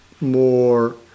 more